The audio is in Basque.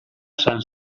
san